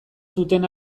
zuten